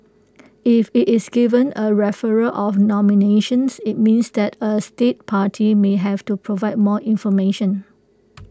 if IT is given A referral of nomination IT means that A state party may have to provide more information